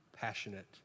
passionate